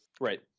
Right